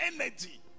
energy